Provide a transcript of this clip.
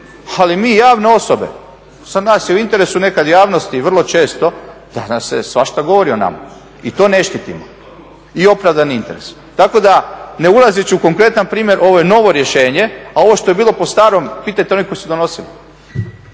Ali mi, javne osobe za nas je u interesu nekad javnosti vrlo često da nam se svašta govori o nama. I to ne štitimo, i opravdan je interes. Tako da ne ulazeći u konkretan primjer ovo je novo rješenje, a ovo što je bilo po starom pitajte one koji su donosili.